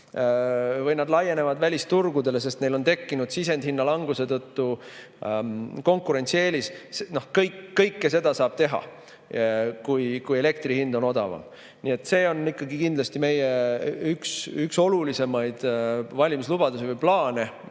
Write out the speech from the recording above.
või laienevad välisturgudele, sest neil on tekkinud sisendhinna languse tõttu konkurentsieelis. Kõike seda saab teha, kui elektri hind on odavam. Nii et see on kindlasti meie üks olulisemaid valimislubadusi või plaane,